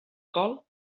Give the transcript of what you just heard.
col